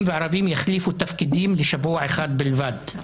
וערבים יחליפו תפקידים לשבוע אחד בלבד.